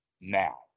Now